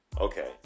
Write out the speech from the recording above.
Okay